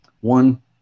one